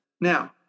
Now